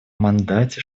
мандате